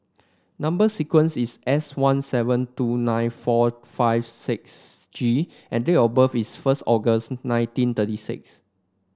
number sequence is S one seven two nine four five six G and date of birth is first August nineteen thirty six